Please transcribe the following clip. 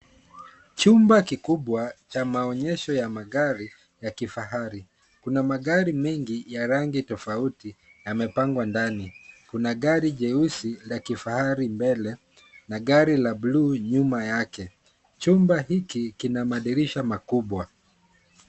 Chumba cha maonyesho ya magari, ya kifahari. Kuna magari mengi ya rangi tofauti yamepangwa ndani. Kuna gari jeusi la kifahari mbele na gari la buluu nyuma yake. Chumba hiki kina madirisha makubwa.